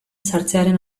sartzearen